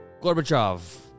Gorbachev